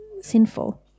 sinful